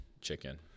chicken